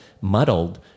muddled